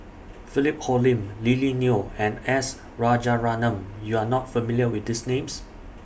Philip Hoalim Lily Neo and S Rajaratnam YOU Are not familiar with These Names